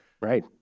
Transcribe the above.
Right